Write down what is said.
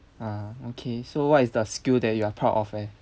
ah okay so what is the skill that you are proud of eh